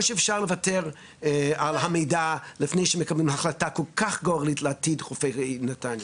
או שאפשר לוותר על המידע לפני שמקבלים החלטה כל כך לעתיד חופי נתניה.